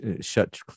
shut